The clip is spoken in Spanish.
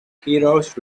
heroes